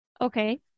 Okay